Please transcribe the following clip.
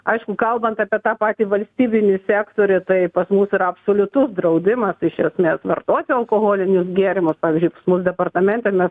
aišku kalbant apie tą patį valstybinį sektorių tai pas mus yra absoliutus draudimas iš esmės vartoti alkoholinius gėrimus pavyzdžiui pas mus departamente mes